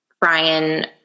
Brian